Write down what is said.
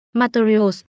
materials